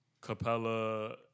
Capella